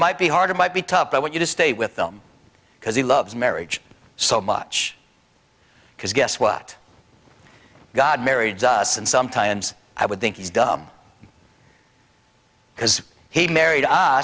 might be harder might be tough but what you just stay with them because he loves marriage so much because guess what god married and sometimes i would think he's dumb because he married